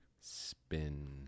Spin